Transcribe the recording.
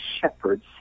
shepherds